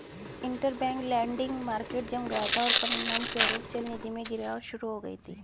interbank lending market जम गया था, और परिणामस्वरूप चलनिधि में गिरावट शुरू हो गई थी